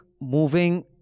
moving